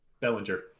bellinger